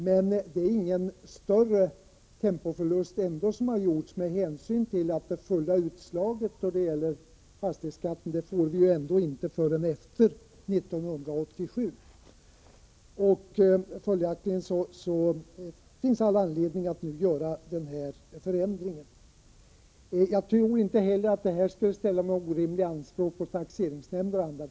Men det är ingen större tempoförlust med hänsyn till att man inte får det fulla utslaget av fastighetsskatten förrän efter 1987. Följaktligen finns det all anledning att nu genomföra dessa förändringar. Jag tror inte heller att det kommer att ställa några orimliga anspråk på taxeringsnämnderna.